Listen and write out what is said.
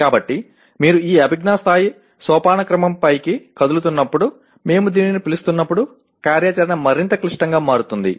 కాబట్టి మీరు ఈ అభిజ్ఞా స్థాయి సోపానక్రమం పైకి కదులుతున్నప్పుడు మేము దీనిని పిలుస్తున్నప్పుడు కార్యాచరణ మరింత క్లిష్టంగా మారుతుంది